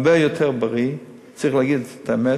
הרבה יותר בריא, צריך להגיד את האמת,